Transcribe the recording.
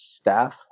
staff